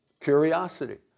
Curiosity